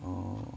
orh